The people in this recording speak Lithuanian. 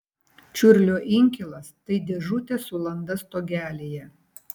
čiurlio inkilas tai dėžutė su landa stogelyje